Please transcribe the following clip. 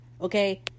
okay